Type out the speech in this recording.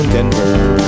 Denver